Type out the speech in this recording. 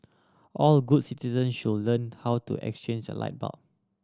all good citizen should learn how to exchange a light bulb